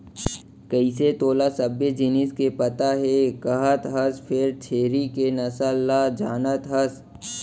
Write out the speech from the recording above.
कइसे तोला सबे जिनिस के पता हे कहत हस फेर छेरी के नसल ल जानत हस?